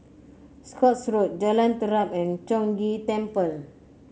Scotts Road Jalan Terap and Chong Ghee Temple